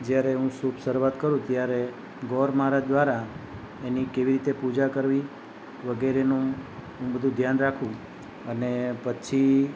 જ્યારે હું શુભ શરૂઆત કરું ત્યારે ગોર મહારાજ દ્વારા એની કેવી રીતે પૂજા કરવી વગેરેનું હું બધું ધ્યાન રાખું અને પછી